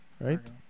right